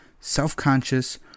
self-conscious